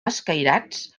escairats